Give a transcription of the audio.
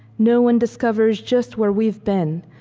no one discovers just where we've been,